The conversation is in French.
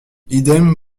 idem